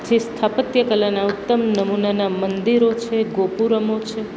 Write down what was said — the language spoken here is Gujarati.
જે સ્થાપત્ય કલાના ઉત્તમ નમૂનાના મંદિરો છે ગોપુરમો છે